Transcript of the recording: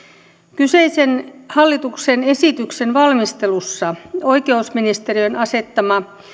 kyseisen hallituksen esityksen valmistelussa oikeusministeriön asettama